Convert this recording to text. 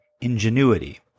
ingenuity